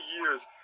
years